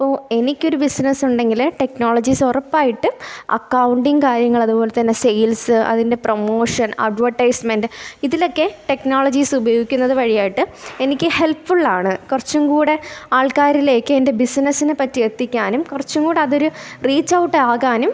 ഓ എനിക്കൊരു ബിസിനസ്സുണ്ടെങ്കിൽ ടെക്നോളജീസ് ഉറപ്പായിട്ട് അക്കൗണ്ടിംഗ് കാര്യങ്ങളതു പോലെത്തന്നെ സെയിൽസ് അതിൻ്റെ പ്രൊമോഷൻ അഡ്വർടൈസ്മെൻറ്റ് ഇതിലൊക്കെ ടെക്നോളജീസുപയോഗിക്കുന്നത് വഴിയായിട്ട് എനിക്ക് ഹെല്പ്ഫുള്ളാണ് കുറച്ചും കൂടി ആൾക്കാരിലേക്കെൻ്റെ ബിസിനസ്സിനെ പറ്റി എത്തിക്കാനും കുറച്ചും കൂടതൊരു റീച്ച് ഔട്ടാകാനും